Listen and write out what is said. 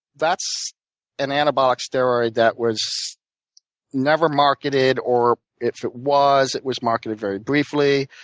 that's an anabolic steroid that was never marketed or, if it was, it was marketed very briefly.